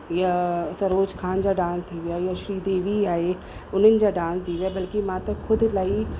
या सरोज ख़ान जा डांस थी विया या श्री देवी आहे उन्हनि जा डांस थी विया बल्कि मां त ख़ुदि इलाही